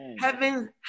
Heaven